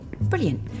Brilliant